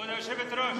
כבוד היושבת-ראש,